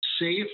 safe